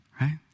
right